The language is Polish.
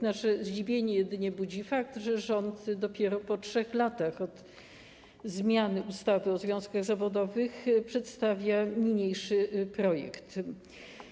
Nasze zdziwienie jedynie budzi fakt, że rząd dopiero po 3 latach od zmiany ustawy o związkach zawodowych przedstawia niniejszy projekt.